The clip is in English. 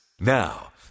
Now